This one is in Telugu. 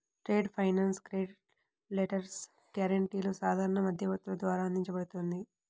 ట్రేడ్ ఫైనాన్స్ క్రెడిట్ లెటర్స్, గ్యారెంటీలు సాధారణ మధ్యవర్తుల ద్వారా అందించబడుతుంది